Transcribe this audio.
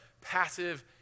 Passive